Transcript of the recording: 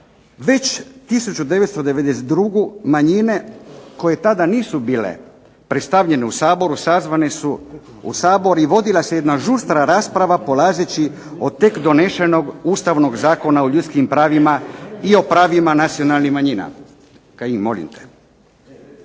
Već 1992. manjine koje tada nisu bile predstavljene u Saboru sazvane su u Sabor i vodila se jedna žustra rasprava polazeći od tek donešenog Ustavnog zakona o ljudskim pravima i o pravima nacionalnih manjina. Kajin molim te!